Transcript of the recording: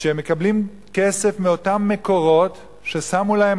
שמקבלים כסף מאותם מקורות ששמו להם